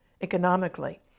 economically